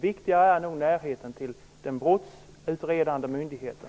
Viktigare är nog alltså närheten till den brottsutredande myndigheten.